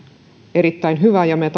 erittäin hyvä ja me